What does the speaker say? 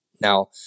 Now